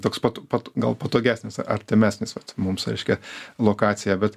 toks pat gal patogesnis artimesnis mums reiškia lokacija bet